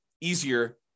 easier